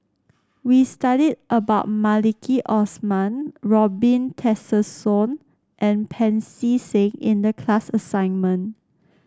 we studied about Maliki Osman Robin Tessensohn and Pancy Seng in the class assignment